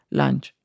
lunch